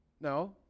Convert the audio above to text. No